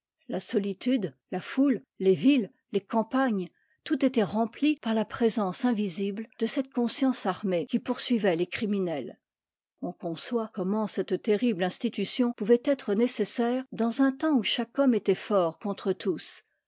la solitude la foule les villes les campagnes tout était rempli par la présence invisible de cette conscience armée qui poursuivait les criminels on conçoit comment cette terrible institution pouvait être nécessaire dans un temps où chaque homme était fort contre tous